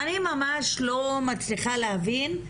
אני ממש לא מצליחה להבין,